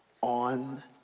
on